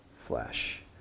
flesh